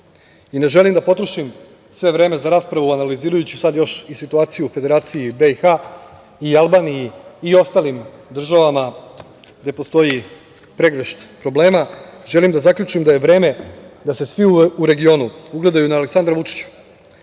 želim da potrošim svo vreme za raspravu, analiziraću sad još i situaciju u Federaciji BiH, Albaniji i ostalim državama, gde postoji pregršt problema, želi da zaključim da je vreme da se svi u regionu ugledaju na Aleksandra Vučića,